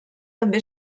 també